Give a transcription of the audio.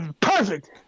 Perfect